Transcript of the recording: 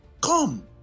come